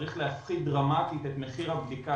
צריך להפחית דרמטית את מחיר הבדיקה,